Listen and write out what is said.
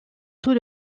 tout